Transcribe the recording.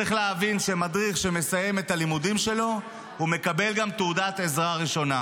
צריך להבין שמדריך שמסיים את הלימודים שלו מקבל גם תעודת עזרה ראשונה.